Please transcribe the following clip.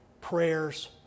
prayers